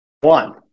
one